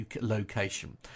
location